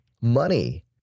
money